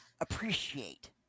appreciate